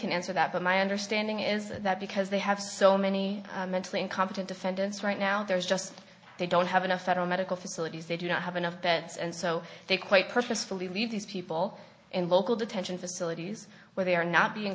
can answer that but my understanding is that because they have so many mentally incompetent defendants right now there is just they don't have enough federal medical facilities they do not have enough beds and so they quite purposefully leave these people in local detention facilities where they are not being